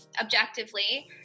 objectively